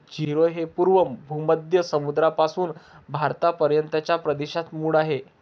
जीरे हे पूर्व भूमध्य समुद्रापासून भारतापर्यंतच्या प्रदेशात मूळ आहे